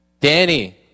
Danny